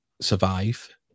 survive